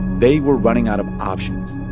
they were running out of options.